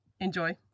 Enjoy